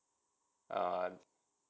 uh